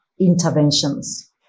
interventions